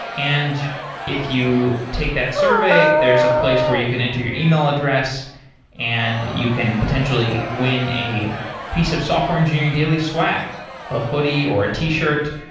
and if you take that survey, there is a place where you can enter your e-mail address and you can potentially win a piece of software engineering daily swag a hoodie, or a t-shirt,